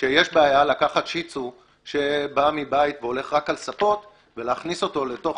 שיש בעיה לקחת "שיצו" שבא מבית והולך רק על ספות ולהכניס אותו לתוך